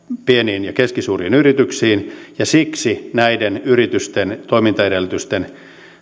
pieniin ja keskisuuriin yrityksiin ja siksi näiden yritysten toimintaedellytysten